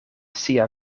sia